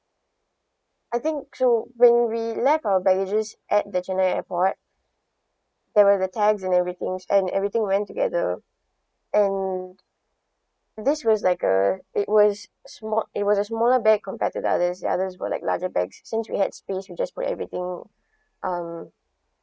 I think through when we left our baggages at the chennai airport they are with the tags and everything and everything went together and this was like a it was small it was a smaller bag compared to the others the others were like larger bags since we had space we just put everything um